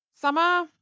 summer